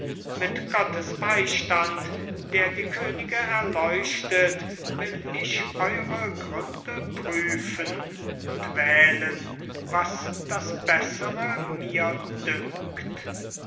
mit gottes beistand der die könige erleuchtet will ich eure gründe prüfen und wählen was das bessere mir dünkt